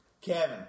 Kevin